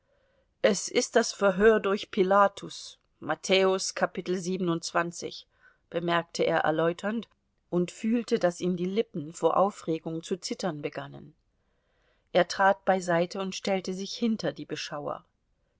es ist das verhör durch pilatus matthäus kapitel siebenundzwanzig bemerkte er erläuternd und fühlte daß ihm die lippen vor aufregung zu zittern begannen er trat beiseite und stellte sich hinter die beschauer